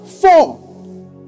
Four